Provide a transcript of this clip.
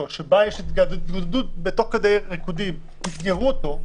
כאשר יש התגודדות תוך כדי ריקודים ויסגרו אותו,